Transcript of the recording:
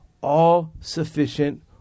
all-sufficient